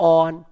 on